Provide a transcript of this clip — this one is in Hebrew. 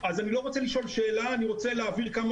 אני לא רוצה לשאול שאלה אלא להבהיר כמה